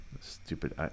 Stupid